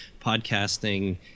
podcasting